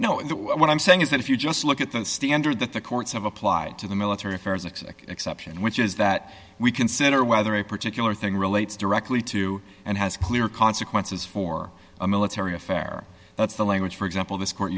know what i'm saying is that if you just look at the standard that the courts have applied to the military affairs an exception which is that we consider whether a particular thing relates directly to and has clear consequences for a military affair that's the language for example this court